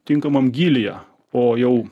tinkamam gylyje o jau